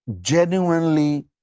genuinely